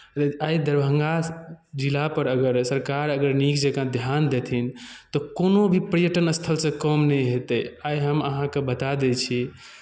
ल आइ दरभंगा जिलापर अगर सरकार अगर नीक जँका ध्यान देथिन तऽ कोनो भी पर्यटन स्थलसँ कम नहि हेतै आइ हम अहाँकेँ बता दै छी